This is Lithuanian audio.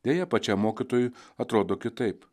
deja pačiam mokytojui atrodo kitaip